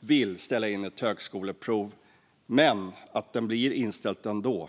vill ställa in ett högskoleprov men att det blir inställt ändå.